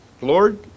Lord